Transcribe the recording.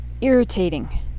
irritating